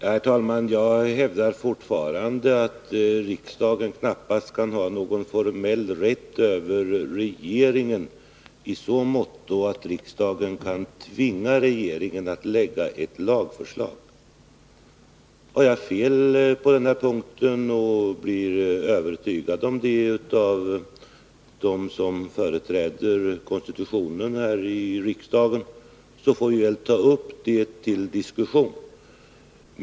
Herr talman! Jag hävdar fortfarande att riksdagen knappast kan ha någon formell rätt över regeringen i så måtto att riksdagen kan tvinga regeringen att framlägga ett lagförslag. Har jag fel på den punkten och blir övertygad om det av dem som företräder konstitutionen här i riksdagen, så får vi väl ta upp det till diskussion.